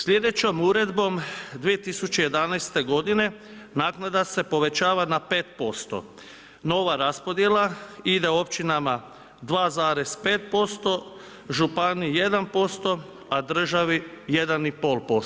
Sljedećom uredbom 2011. godine nadgleda se, povećava na 5%, nova raspodjela ide općinama 2,5%, županiji 1% a državi 1,5%